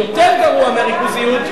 ויותר גרוע מהריכוזיות,